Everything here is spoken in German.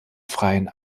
freien